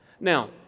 now